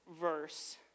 verse